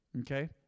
okay